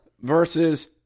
versus